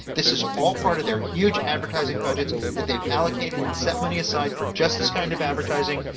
this is all part of their huge advertising budgets that they've allocated and set money aside for just this kind of advertising,